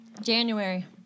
January